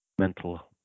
Mental